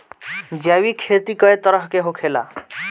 जैविक खेती कए तरह के होखेला?